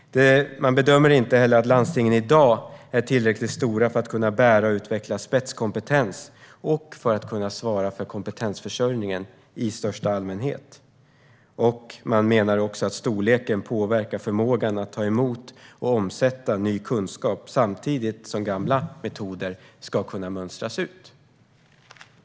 Man bedömer också att landstingen i dag inte är tillräckligt stora för att kunna bära och utveckla spetskompetens och för att kunna svara för kompetensförsörjningen i största allmänhet. Man menar dessutom att storleken påverkar förmågan att ta emot och omsätta ny kunskap samtidigt som gamla metoder ska kunna mönstras ut.